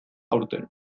aurten